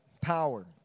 power